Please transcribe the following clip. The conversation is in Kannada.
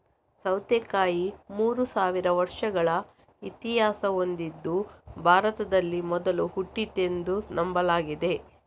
ಸೌತೆಕಾಯಿ ಮೂರು ಸಾವಿರ ವರ್ಷಗಳ ಇತಿಹಾಸ ಹೊಂದಿದ್ದು ಭಾರತದಲ್ಲಿ ಮೊದಲು ಹುಟ್ಟಿದ್ದೆಂದು ನಂಬಲಾಗಿದೆ